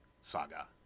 saga